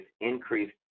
increased